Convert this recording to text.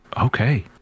okay